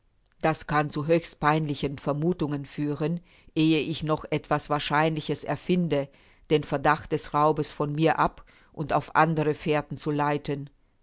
das kann zu höchst peinlichen vermuthungen führen ehe ich noch etwas wahrscheinliches erfinde den verdacht des raubes von mir ab und auf andere fährten zu leiten